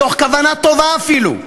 מתוך כוונה טובה אפילו,